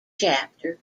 chapter